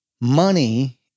money—